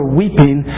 weeping